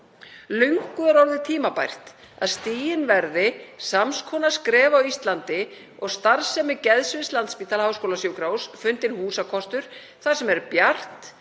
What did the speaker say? Löngu er orðið tímabært að stigin verði sams konar skref á Íslandi og starfsemi geðsviðs Landspítala – háskólasjúkrahúss fundinn húsakostur þar sem er bjart,